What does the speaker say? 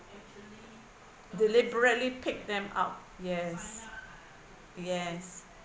deliberately pick them up yes yes